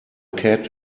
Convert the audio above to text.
cat